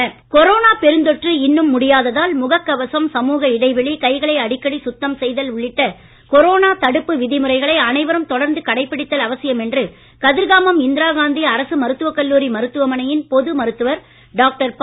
Jan Andolan corona பெருந்தொற்று இன்னும் முடியாததால் முக கவசம் சமூக இடைவெளி கைகளை அடிக்கடி சுத்தம் செய்தல் உள்ளிட்ட கொரோனா தடுப்பு விதிமுறைகளை அனைவரும் தொடர்ந்து கடைபிடித்தல் அவசியம் என்று கதிர்காமம் இந்திராகாந்தி அரசு மருத்துவ கல்லூரி மருத்துவமனையின் பொது மருத்துவர் டாக்டர் ப